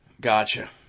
Gotcha